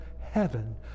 heaven